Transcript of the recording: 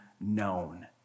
known